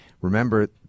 remember